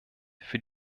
für